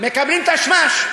מקבלים תשמ"ש,